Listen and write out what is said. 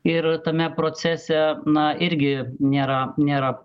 ir tame procese na irgi nėra nėra